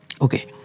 Okay